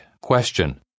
Question